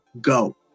go